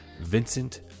Vincent